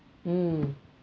um